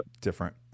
different